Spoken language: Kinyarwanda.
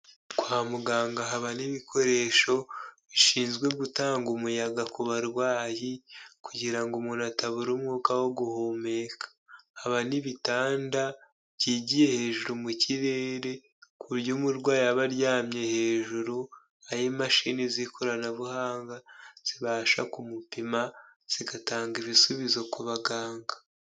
Kwa muganga haba n'ibikoresho bishinzwe gutanga umuyaga ku barwayi kugirango umuntu atabura umwuka wo guhumeka, haba n'ibitanda byigiye hejuru mu kirere ku buryo umurwayi aba aryamye hejuru aho imashini z'ikoranabuhanga zibasha kumupima zigatanga ibisubizo ku baganga.